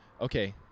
Okay